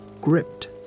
gripped